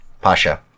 Pasha